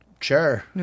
Sure